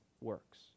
works